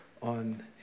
on